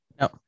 No